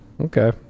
Okay